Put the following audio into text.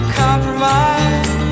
compromise